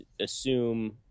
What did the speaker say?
assume